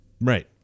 right